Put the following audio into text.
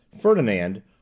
Ferdinand